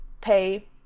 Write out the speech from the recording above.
pay